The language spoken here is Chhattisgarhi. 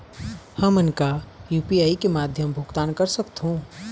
हमन का यू.पी.आई के माध्यम भुगतान कर सकथों?